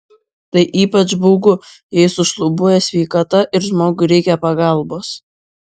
tai ypač baugu jei sušlubuoja sveikata ir žmogui reikia pagalbos